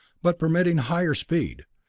but permitting higher speed,